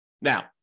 Now